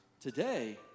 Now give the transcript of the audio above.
Today